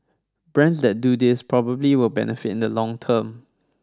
brands that do this properly will benefit in the long term